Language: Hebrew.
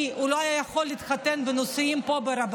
כי הוא לא יכול היה להתחתן בנישואים פה ברבנות,